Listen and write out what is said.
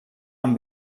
amb